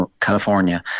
California